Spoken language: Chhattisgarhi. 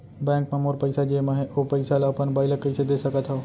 बैंक म मोर पइसा जेमा हे, ओ पइसा ला अपन बाई ला कइसे दे सकत हव?